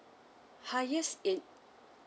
highest in